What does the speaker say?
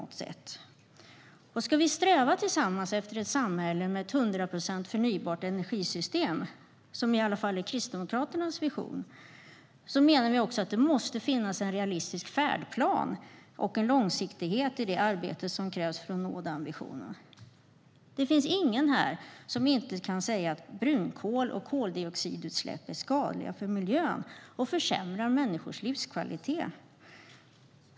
Om vi ska sträva tillsammans efter ett samhälle med ett hundraprocentigt förnybart energisystem, vilket i alla fall är Kristdemokraternas vision, menar vi att det måste finnas en realistisk färdplan och en långsiktighet i det arbete som krävs för att nå denna vision. Det finns ingen här som kan säga att brunkol och koldioxidutsläpp inte är skadliga för miljön och försämrar människors livskvalitet.